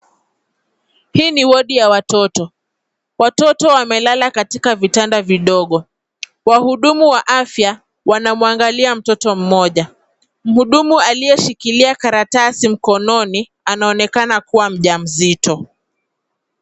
Hii ni wodi ya watoto. Watoto wamelala katika vitanda vidogo. Wahudumu wa afya wanamwangalia mtoto mmoja. Mhudumu aliyeshikilia karatasi mkononi, anaonekana kuwa mjamzito.